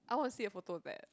I want to see a photo of that